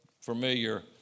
familiar